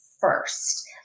first